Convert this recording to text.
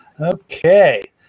Okay